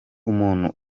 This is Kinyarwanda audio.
umuntu